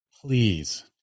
Please